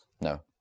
no